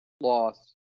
Loss